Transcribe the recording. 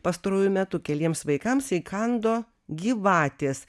pastaruoju metu keliems vaikams įkando gyvatės